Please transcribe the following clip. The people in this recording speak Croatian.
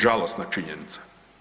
Žalosna činjenica.